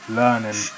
learning